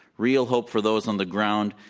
real hope for those on the ground,